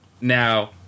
now